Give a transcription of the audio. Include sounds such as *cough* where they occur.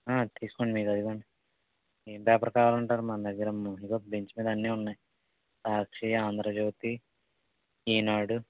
తీసుకోండి అదిగో అండి ఏమి పేపర్ కావాలి అంటారు మనదగ్గర *unintelligible* బెంచ్ మీద అన్ని ఉన్నాయి సాక్షి ఆంధ్రజ్యోతి ఈనాడు